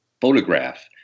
Photograph